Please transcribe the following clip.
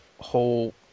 whole